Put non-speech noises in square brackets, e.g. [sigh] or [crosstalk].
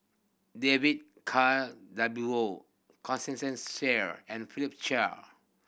David [unintelligible] W O Constance Sheare and Philip Chia